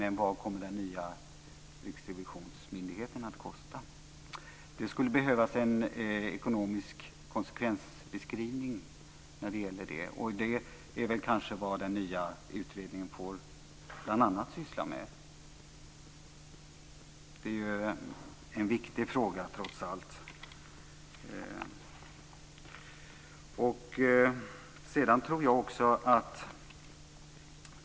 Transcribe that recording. Men vad kommer den nya riksrevisionsmyndigheten att kosta? Det skulle behövas en ekonomisk konsekvensbeskrivning när det gäller det här, och det är kanske vad den nya utredningen bl.a. får syssla med. Det är ju trots allt en viktig fråga.